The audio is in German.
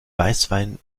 weißwein